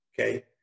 okay